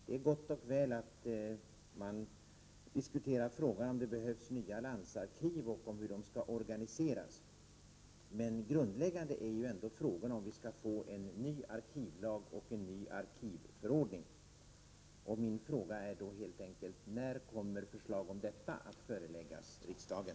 Det är gott och väl att man diskuterar frågan om huruvida det behövs nya landsarkiv och hur dessa skall organiseras, men grundläggande är ändå frågan om vi skall få en ny arkivlag och en ny arkivförordning. Min fråga är helt enkelt: När kommer förslag om detta att föreläggas riksdagen?